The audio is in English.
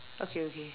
okay okay